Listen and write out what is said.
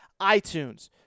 iTunes